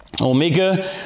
Omega